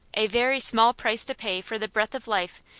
a very small price to pay for the breath of life,